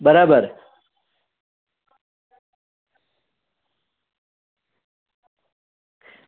બરાબર